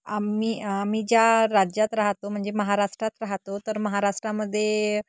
आम्ही आम्ही ज्या राज्यात राहतो म्हणजे महाराष्ट्रात राहतो तर महाराष्ट्रामध्ये